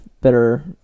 Better